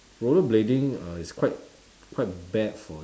rollerblading uh is quite quite bad for